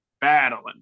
battling